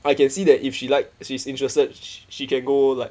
I can see that if she liked she's interested she can go like